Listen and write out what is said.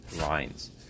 lines